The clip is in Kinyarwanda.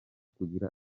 kugira